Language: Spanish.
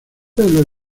pelo